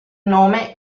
nome